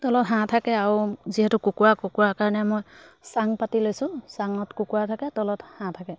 তলত হাঁহ থাকে আৰু যিহেতু কুকুৰা কুকুৰা কাৰণে মই চাং পাতি লৈছোঁ চাঙত কুকুৰা থাকে তলত হাঁহ থাকে